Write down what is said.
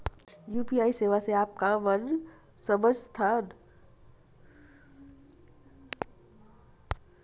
UPI सेवा से आप मन का समझ थान?